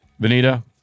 vanita